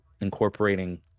incorporating